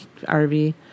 RV